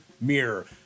mirror